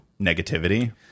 negativity